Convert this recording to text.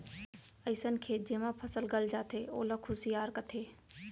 अइसन खेत जेमा फसल गल जाथे ओला खुसियार कथें